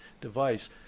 device